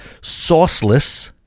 Sauceless